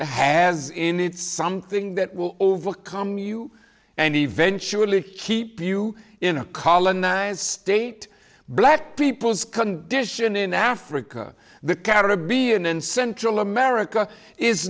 has in it something that will overcome you and eventually keep you in a colonized state black people's condition in africa the caribbean and central america is